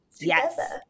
Yes